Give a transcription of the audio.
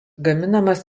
gaminamas